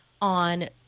on